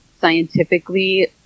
scientifically